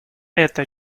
это